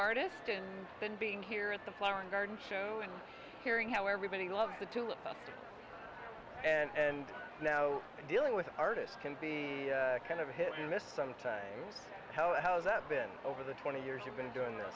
artist and then being here at the flower garden show and hearing how everybody loves it too and now dealing with artists can be kind of hit and miss some time how's that been over the twenty years you've been doing th